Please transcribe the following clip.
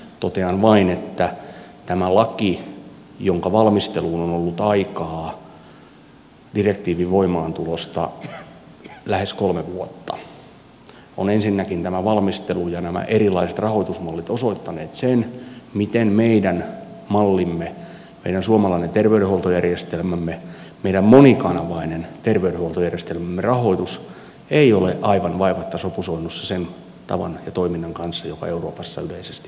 totean vain että tämän lain osalta jonka valmisteluun on ollut aikaa direktiivin voimaantulosta lähes kolme vuotta ovat ensinnäkin tämä valmistelu ja nämä erilaiset rahoitusmallit osoittaneet sen miten meidän mallimme meidän suomalainen terveydenhuoltojärjestelmämme meidän monikanavainen terveydenhuoltojärjestelmämme rahoitus ei ole aivan vaivatta sopusoinnussa sen tavan ja toiminnan kanssa joka euroopassa yleisesti vallitsee